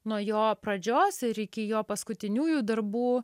nuo jo pradžios ir iki jo paskutiniųjų darbų